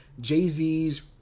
jay-z's